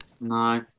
No